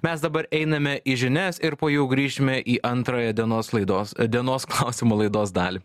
mes dabar einame į žinias ir po jų grįšime į antrąją dienos laidos dienos klausimo laidos dalį